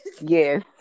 yes